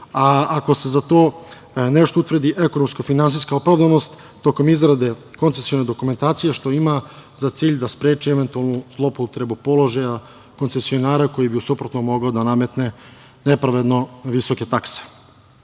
a ako se za to nešto utvrdi ekonomska-finansijska opravdanost tokom izrade koncesione dokumentacije, što ima za cilj da spreči eventualnu zloupotrebu položaja koncesionara koji bi u suprotnom mogao da nametne nepravedno visoke